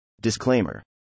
Disclaimer